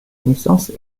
naissance